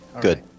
Good